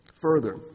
Further